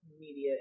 Media